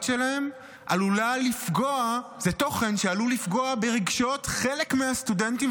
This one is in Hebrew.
שלהם היא תוכן שעלול לפגוע ברגשות חלק מהסטודנטים,